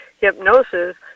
hypnosis